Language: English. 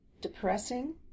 depressing